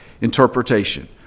interpretation